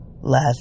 last